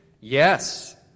Yes